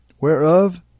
whereof